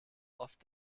oft